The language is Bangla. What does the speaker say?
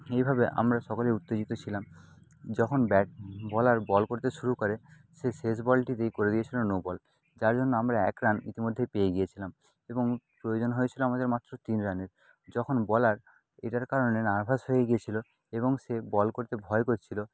এইভাবে আমরা সকলে উত্তেজিত ছিলাম যখন ব্যাট বলার বল করতে শুরু করে সে শেষ বলটিতেই করে দিয়েছিলো নো বল যার জন্য আমরা এক রান ইতিমধ্যেই পেয়ে গিয়েছিলাম এবং প্রয়োজন হয়েছিলো আমাদের মাত্র তিন রানের যখন বলার এটার কারণে নার্ভাস হয়ে গিয়েছিলো এবং সে বল করতে ভয় করছিলো